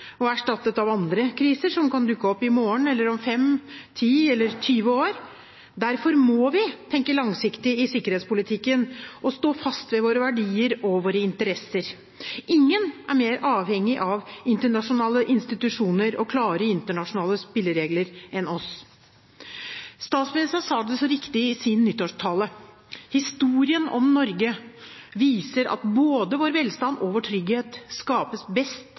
og erstattet av andre kriser som kan dukke opp i morgen eller om 5, 10 eller 20 år. Derfor må vi tenke langsiktig i sikkerhetspolitikken og stå fast ved våre verdier og våre interesser. Ingen er mer avhengig av internasjonale institusjoner og klare internasjonale spilleregler enn oss. Statsministeren sa det så riktig i sin nyttårstale: «Historien om Norge viser at både vår velstand og vår trygghet skaper vi best